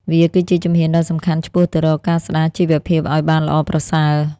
វាគឺជាជំហានដ៏សំខាន់ឆ្ពោះទៅរកការស្តារជីវភាពឱ្យបានល្អប្រសើរ។